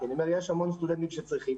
כי יש המון סטודנטים שצריכים.